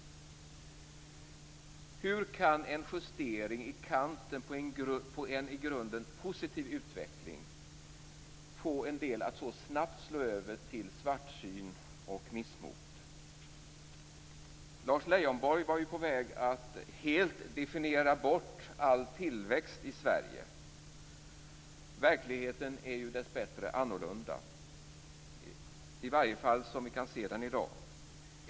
Hur kan en justering i kanten på en i grunden positiv utveckling få en del att så snabbt slå över till svartsyn och missmod? Lars Leijonborg var på väg att helt definiera bort all tillväxt i Sverige. Verkligheten är dessbättre annorlunda, i varje fall som vi kan se den i dag.